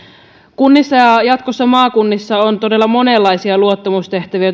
kunnissa ja jatkossa maakunnissa on todella monenlaisia luottamustehtäviä